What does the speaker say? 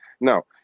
no